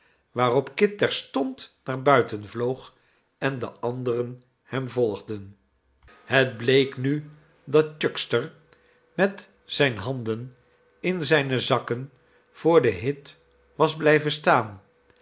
waarop kit terstond naar buiten vloog en de anderen hem volgden het bleek nu dat ohuckster met zijne handen in zijne zakken voor den hit was blijven staan